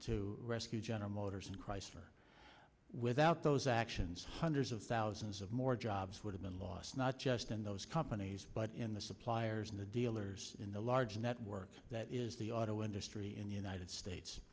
to rescue general motors and chrysler without those actions hundreds of thousands of more jobs would have been lost not just in those companies but in the suppliers and the dealers in the large network that is the auto industry in the united states